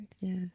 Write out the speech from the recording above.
Yes